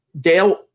Dale